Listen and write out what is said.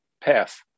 path